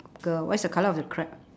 girl what's the colour of the crab